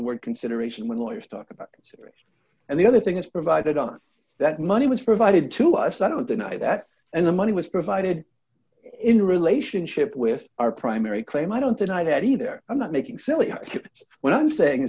the word consideration when lawyers talk about it and the other thing is provided on that money was provided to us i don't deny that and the money was provided in relationship with our primary claim i don't deny that either i'm not making silly arguments what i'm saying